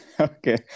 Okay